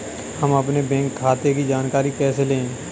हम अपने बैंक खाते की जानकारी कैसे लें?